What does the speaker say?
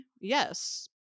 yes